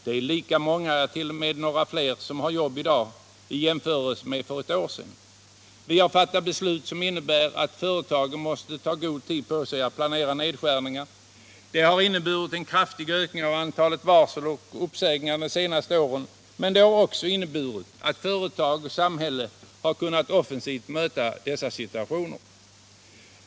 Det är lika många, ja t.o.m. några fler, som har jobb i dag i jämförelse med för ett år sedan. Vi har fattat beslut som innebär att företagen måste ta god tid på sig att planera nedskär ningar. Det har inneburit en kraftig ökning av antalet varsel om uppsägningar de senaste åren, men det har också inneburit att företag och samhälle har kunnat offensivt möta dessa situationer.